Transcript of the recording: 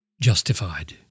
justified